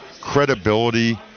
credibility